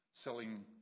selling